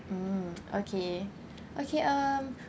mm okay okay um